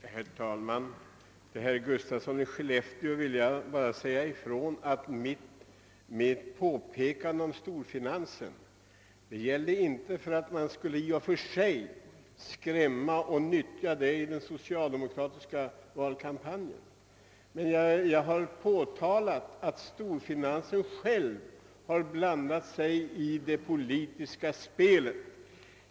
Herr talman! Till herr Gustafsson i Skellefteå vill jag endast säga ifrån att jag inte gjorde mitt påpekande om storfinansen för att det skulle användas som skrämselpropaganda i den socialdemokratiska valkampanjen. Men jag ville påtala att storfinansen själv har blandat sig i det politiska spelet.